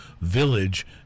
village